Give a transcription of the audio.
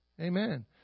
Amen